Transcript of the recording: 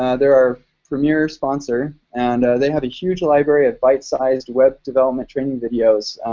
ah they're our premier sponsor, and they have a huge library of bite-sized web development training videos.